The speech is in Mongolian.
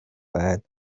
байна